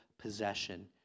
possession